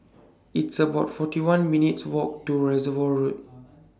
It's about forty one minutes' Walk to Reservoir Road